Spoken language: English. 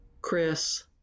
Chris